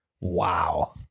Wow